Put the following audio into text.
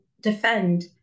defend